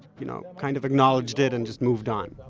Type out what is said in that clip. you know, kind of acknowledged it and just moved on